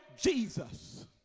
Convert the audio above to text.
Jesus